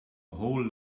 whole